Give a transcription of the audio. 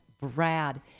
brad